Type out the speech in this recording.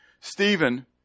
Stephen